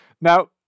Now